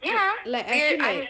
like like I think I